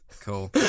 cool